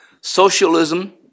socialism